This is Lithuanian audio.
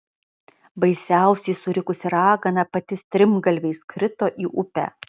baisiausiai surikusi ragana pati strimgalviais krito į upę